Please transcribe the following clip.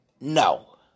no